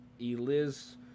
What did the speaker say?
Eliz